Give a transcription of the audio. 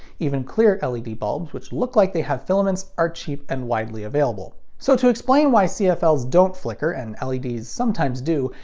even clear led bulbs which look like they have filaments are cheap and widely available. so to explain why cfls don't flicker and leds sometimes do,